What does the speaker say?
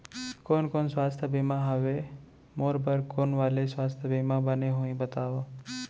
कोन कोन स्वास्थ्य बीमा हवे, मोर बर कोन वाले स्वास्थ बीमा बने होही बताव?